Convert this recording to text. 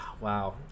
Wow